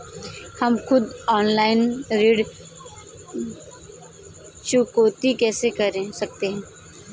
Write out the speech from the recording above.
हम खुद ऑनलाइन ऋण चुकौती कैसे कर सकते हैं?